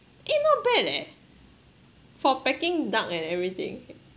eh not bad eh for peking duck and everything